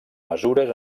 mesures